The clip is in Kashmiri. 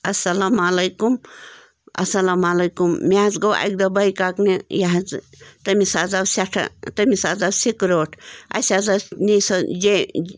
اَلسلام علیکم اَلسلام علیکم مےٚ حظ گوٛو اَکہِ دۄہ بایکاکنہِ یہِ حظ تٔمِس حظ آو سٮ۪ٹھاہ تٔمِس حظ آو سِٹروٗک اسہِ حظ ٲس نی سۄ جے